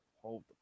hold